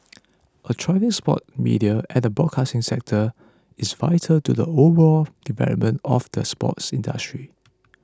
a thriving sports media and broadcasting sector is vital to the overall development of the sports industry